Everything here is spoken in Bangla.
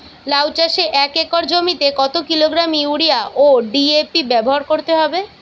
লাউ চাষে এক একর জমিতে কত কিলোগ্রাম ইউরিয়া ও ডি.এ.পি ব্যবহার করতে হবে?